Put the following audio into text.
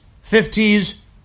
fifties